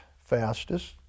fastest